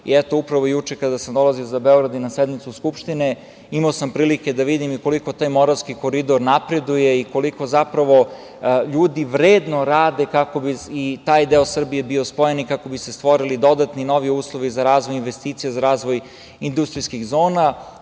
Upravo juče kada sam dolazio za Beograd i na sednicu Skupštine, imao sam prilike da vidim koliko taj Moravski koridor napreduje i koliko zapravo ljudi vredno rade kako bi i taj deo Srbije bio spojen i kako bi se stvorili dodatni novi uslovi za razvoj investicija, za razvoj industrijskih zona. To